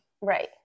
Right